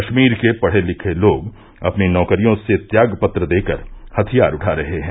कष्मीर के पढ़े लिखे लोग अपनी नौकरियों से त्यागपत्र देकर हथियार उठा रहे हैं